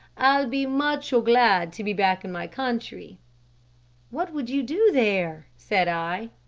be much o glad to be back in my country what would you do there said i?